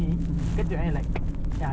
itu aku rasa kau seorang pun berbual